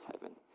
heaven